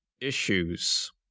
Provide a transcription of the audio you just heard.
issues